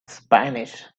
spanish